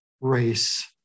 race